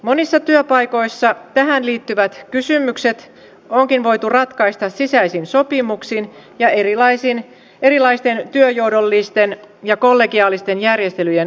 monissa työpaikoissa tähän liittyvät kysymykset onkin voitu ratkaista sisäisin sopimuksin ja erilaisten työnjohdollisten ja kollegiaalisten järjestelyjen avulla